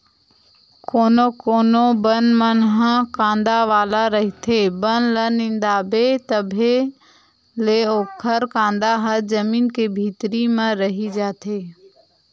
कोनो कोनो बन मन ह कांदा वाला रहिथे, बन ल निंदवाबे तभो ले ओखर कांदा ह जमीन के भीतरी म रहि जाथे